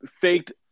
faked